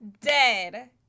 dead